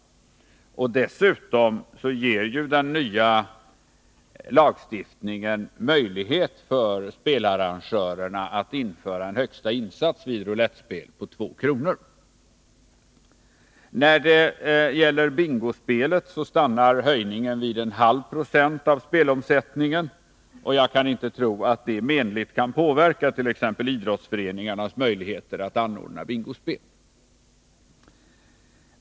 Den nya lagstiftningen ger dessutom möjlighet för spelarrangörerna att införa en högsta insats på 2 kr. vid roulettspel. För bingospel stannar höjningen vid 0,5 96 av spelomsättningen. Jag kan inte tro att detta kan menligt påverka t.ex. idrottsföreningarnas möjligheter att anordna bingospel.